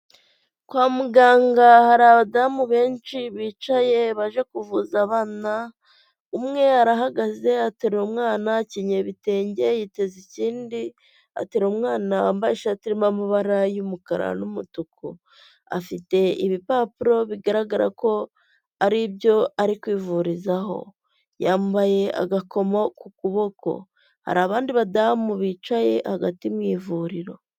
Kwa muganga hari abadamu benshi bicaye baje kuvuza abana, umwe arahagaze ateruye umwana ikenyeye ibitenge yiteze ikindi, atera umwana wambaye ishati irimo amabara y'umukara n'umutuku, afite ibipapuro bigaragara ko aribyo ari kwivurizaho, yambaye agakomo ku kuboko, hari abandi badamu bicaye hagati mu ivuriro.